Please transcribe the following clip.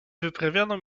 wyprawiono